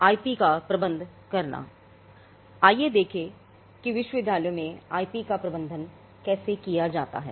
आइए देखें कि विश्वविद्यालयों में आईपी का प्रबंधन कैसे किया जाता है